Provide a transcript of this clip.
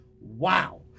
Wow